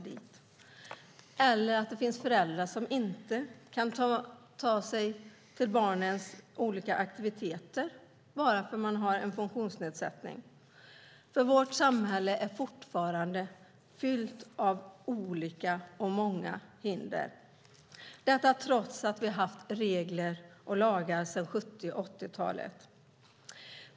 Det finns föräldrar som inte kan ta sig till barnens olika aktiviteter för att de har en funktionsnedsättning. Vårt samhälle är fortfarande fullt av många och olika hinder, trots att vi har haft regler och lagar sedan 70 och 80-talet.